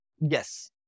Yes